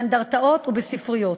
באנדרטאות ובספריות,